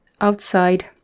outside